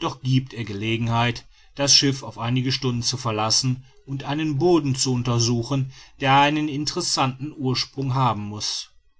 doch giebt er gelegenheit das schiff auf einige stunden zu verlassen und einen boden zu untersuchen der einen interessanten ursprung haben muß